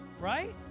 Right